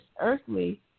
earthly